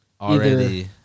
Already